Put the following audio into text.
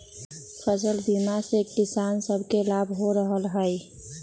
फसल बीमा से किसान सभके लाभ हो रहल हइ